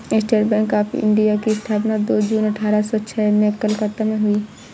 state bank of India की स्थापना दो जून अठारह सो छह में कलकत्ता में हुई